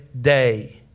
day